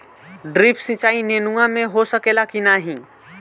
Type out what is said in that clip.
Drip सिंचाई नेनुआ में हो सकेला की नाही?